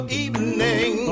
evening